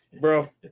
bro